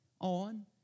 on